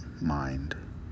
mind